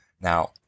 now